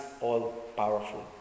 all-powerful